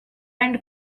and